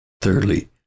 Thirdly